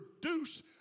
produce